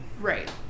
right